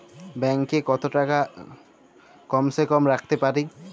Bank এ কত টাকা কম সে কম রাখতে পারি?